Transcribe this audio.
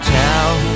town